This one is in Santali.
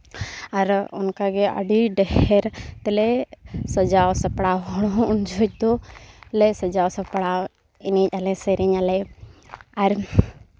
ᱟᱨ ᱚᱱᱠᱟ ᱜᱮ ᱟᱹᱰᱤ ᱰᱷᱮᱹᱨ ᱛᱮᱞᱮ ᱥᱟᱡᱟᱣ ᱥᱟᱯᱲᱟᱣ ᱦᱚᱲ ᱦᱚᱸ ᱩᱱ ᱡᱚᱦᱚᱡᱽ ᱫᱚ ᱞᱮ ᱥᱟᱡᱟᱣ ᱥᱟᱯᱲᱟᱣ ᱮᱱᱮᱡ ᱟᱞᱮ ᱥᱮᱨᱮᱧᱟᱞᱮ ᱟᱨ